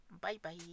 bye-bye